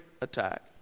attack